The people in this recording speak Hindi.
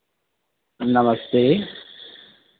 नमस्ते